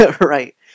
Right